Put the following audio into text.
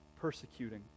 persecuting